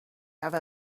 have